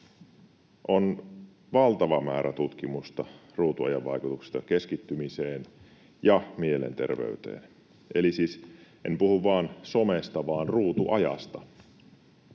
On valtava määrä tutkimusta ruutuajan vaikutuksista keskittymiseen ja mielenterveyteen. Eli en puhu vain somesta vaan ruutuajasta.